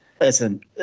Listen